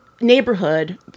neighborhood